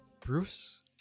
Bruce